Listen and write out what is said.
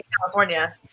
California